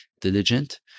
diligent